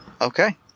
Okay